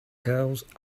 girls